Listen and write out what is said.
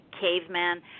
caveman